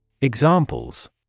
Examples